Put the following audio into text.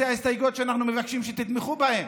אלה הסתייגויות שאנחנו מבקשים שתתמכו בהן.